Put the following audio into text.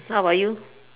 how about you